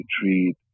treat